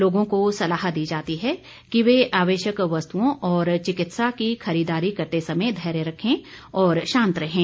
लोगों को सलाह दी जाती है कि वे आवश्यक वस्तुओं और चिकित्सा की खरीददारी करते समय धैर्य रखें और शांत रहें